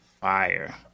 Fire